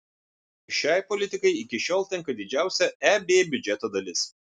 šiai politikai iki šiol tenka didžiausia eb biudžeto dalis